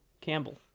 campbell